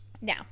now